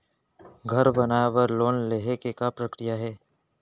घर बनाये बर लोन लेहे के का प्रक्रिया हे?